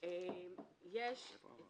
יש את